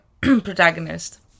protagonist